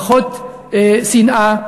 פחות שנאה.